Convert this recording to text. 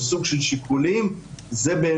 "והעניין הציבורי שבקבלת הראיה או פסילתה".